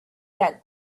that